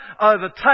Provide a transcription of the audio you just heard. overtake